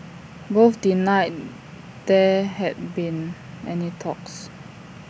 both denied there had been any talks